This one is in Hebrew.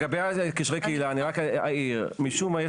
לגבי קשרי קהילה אני רק אעיר: משום מה,